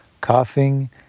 coughing